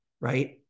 right